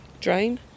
drain